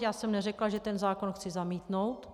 Já jsem neřekla, že ten zákon chci zamítnout.